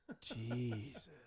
Jesus